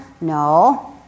No